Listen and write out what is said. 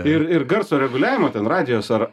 ir ir garso reguliavimo ten radijos ar